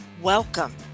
Welcome